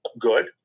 good